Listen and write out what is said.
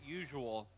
usual